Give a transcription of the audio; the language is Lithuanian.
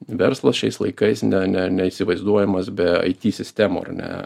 verslas šiais laikais ne ne neįsivaizduojamas be it sistemų ar ne